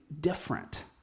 different